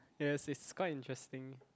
yes it's quite interesting